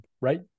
right